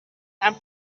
and